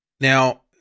Now